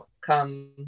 come